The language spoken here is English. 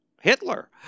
Hitler